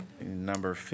Number